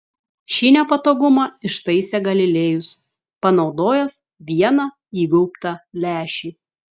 šį nepatogumą ištaisė galilėjus panaudojęs vieną įgaubtą lęšį